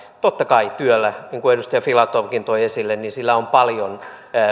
totta kai työllä niin kuin edustaja filatovkin toi esille on paljon